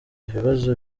ibibazo